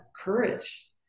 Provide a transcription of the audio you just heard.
courage